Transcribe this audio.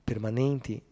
Permanenti